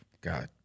god